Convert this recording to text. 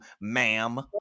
ma'am